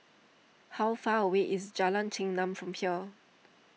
how far away is Jalan Chengam from here